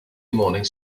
mornings